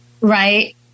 right